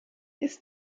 this